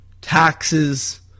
taxes